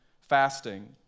fasting